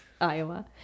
iowa